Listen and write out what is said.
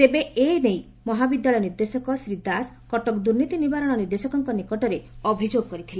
ତେବେ ଏ ନେଇ ମହାବିଦ୍ୟାଳୟ ନିର୍ଦ୍ଦେଶକ ଶ୍ରୀ ଦାସ କଟକ ଦୁର୍ନିତି ନିବାରଶ ନିର୍ଦ୍ଦେଶକଙ୍କ ନିକଟରେ ଅଭିଯୋଗ କରିଥିଲେ